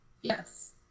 Yes